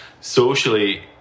socially